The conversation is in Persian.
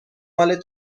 مال